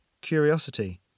curiosity